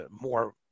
more